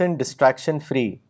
distraction-free